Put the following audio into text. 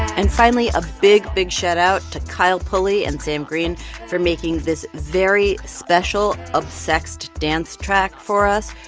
and finally a big, big shoutout to kyle pulley and sam green for making this very special obsexxed dance track for us.